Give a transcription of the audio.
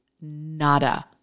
nada